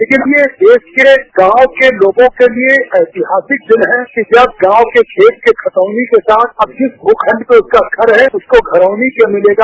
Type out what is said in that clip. लेकिन आज यह देश के गांव के लोगों के लिए ऐतिहासिक दिन है कि जब गांव के खेत के खतौनी के साथ अब जिस भूखंड पर उसका घर है उसको घरौनी का लाम मिलेगा